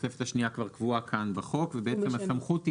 התוספת השנייה כבר קבועה כאן בחוק ובעצם הסמכות היא